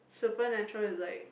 Supernatural is like